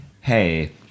hey